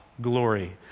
glory